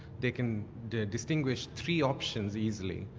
they can distinguish three options easily